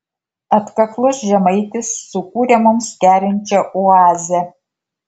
atkaklus žemaitis sukūrė mums kerinčią oazę